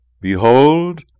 Behold